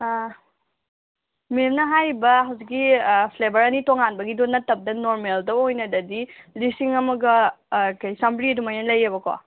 ꯑꯥ ꯃꯦꯝꯅ ꯍꯥꯏꯔꯤꯕ ꯍꯧꯖꯤꯛꯀꯤ ꯐ꯭ꯂꯦꯕꯔ ꯑꯅꯤ ꯇꯣꯡꯉꯥꯟꯕꯒꯤꯗꯣ ꯅꯠꯇꯕꯤꯗ ꯅꯣꯔꯃꯦꯜꯗ ꯑꯣꯏꯅꯗꯗꯤ ꯂꯤꯁꯤꯡ ꯑꯃꯒ ꯀꯩ ꯆꯥꯝꯃꯔꯤ ꯑꯗꯨꯃꯥꯏꯅ ꯂꯩꯑꯕꯀꯣ